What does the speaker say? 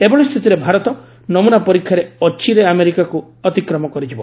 ଏଭଳି ସ୍ଥିତିରେ ଭାରତ ନମୂନା ପରୀକ୍ଷାରେ ଅଚିରେ ଆମେରିକାକୁ ଅତିକ୍ରମ କରିଯିବ